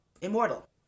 immortal